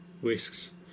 whisks